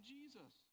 Jesus